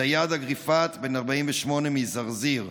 זיאד גריפאת, בן 48, מזרזיר,